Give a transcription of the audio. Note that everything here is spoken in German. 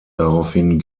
daraufhin